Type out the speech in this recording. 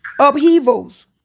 upheavals